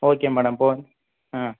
okay madam இப்போது ஆ